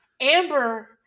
Amber